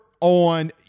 on